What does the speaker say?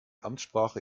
amtssprache